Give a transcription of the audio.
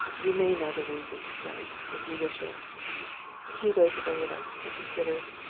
you may know the reason he said, if you wish it he waited a little, and considered.